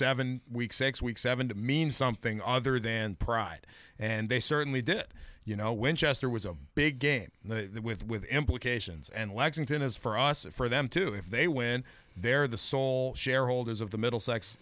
seven week six week seven to mean something other than pride and they certainly did you know winchester was a big game there with with implications and lexington has for us and for them too if they win they're the sole shareholders of the middlesex